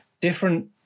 different